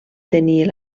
tenir